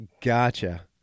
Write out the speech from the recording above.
gotcha